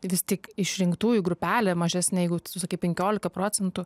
vis tik išrinktųjų grupelė mažesnė jeigu tu sakai penkiolika procentų